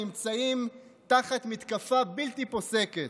הנמצאים תחת מתקפה בלתי פוסקת,